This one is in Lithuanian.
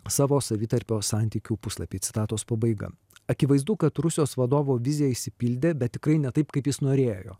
savo savitarpio santykių puslapį citatos pabaiga akivaizdu kad rusijos vadovo vizija išsipildė bet tikrai ne taip kaip jis norėjo